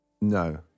No